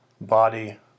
body